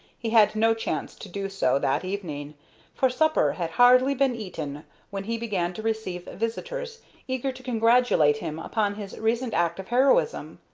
he had no chance to do so that evening for supper had hardly been eaten when he began to receive visitors eager to congratulate him upon his recent act of heroism.